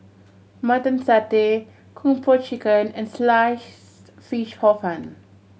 Mutton Satay Kung Po Chicken and Sliced Fish Hor Fun